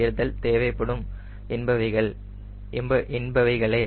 உயர்தல் தேவைப்படும் என்பவைகளே